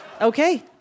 Okay